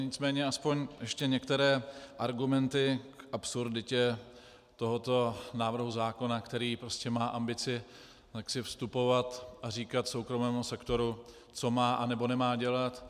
Nicméně aspoň ještě některé argumenty k absurditě tohoto návrhu zákona, který má ambici vstupovat a říkat soukromému sektoru, co má, anebo nemá dělat.